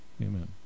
Amen